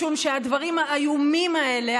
משום שהדברים האיומים האלה,